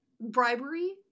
Bribery